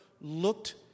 looked